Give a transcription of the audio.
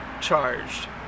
charged